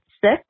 six